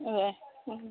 അതെ